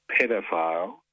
pedophile